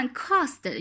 cost